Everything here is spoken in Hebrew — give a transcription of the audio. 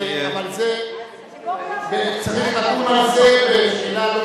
אבל צריך לדון על זה בישיבה,